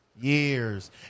Years